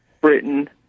Britain